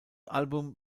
album